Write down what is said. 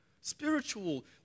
spiritual